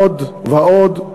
עוד ועוד.